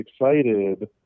excited